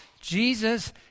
Jesus